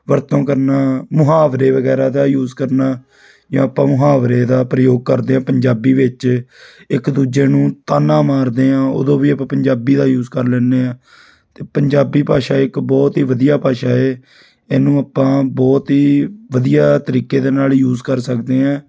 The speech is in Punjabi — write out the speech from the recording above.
ਵਰਤੋਂ ਕਰਨਾ ਮੁਹਾਵਰੇ ਵਗੈਰਾ ਦਾ ਯੂਸ ਕਰਨਾ ਜਾਂ ਆਪਾਂ ਮੁਹਾਵਰੇ ਦਾ ਪ੍ਰਯੋਗ ਕਰਦੇ ਹਾਂ ਪੰਜਾਬੀ ਵਿੱਚ ਇੱਕ ਦੂਜੇ ਨੂੰ ਤਾਨਾ ਮਾਰਦੇ ਹਾਂ ਉਦੋਂ ਵੀ ਆਪਾਂ ਪੰਜਾਬੀ ਦਾ ਯੂਸ ਕਰ ਲੈਦੇ ਹਾਂ ਅਤੇ ਪੰਜਾਬੀ ਭਾਸ਼ਾ ਇੱਕ ਬਹੁਤ ਹੀ ਵਧੀਆ ਭਾਸ਼ਾ ਹੈ ਇਹਨੂੰ ਆਪਾਂ ਬਹੁਤ ਹੀ ਵਧੀਆ ਤਰੀਕੇ ਦੇ ਨਾਲ ਯੂਸ ਕਰ ਸਕਦੇ ਹੈ